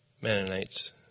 Mennonites